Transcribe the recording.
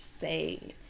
say